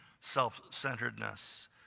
self-centeredness